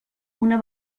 una